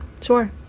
sure